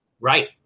Right